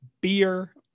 beer